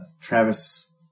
Travis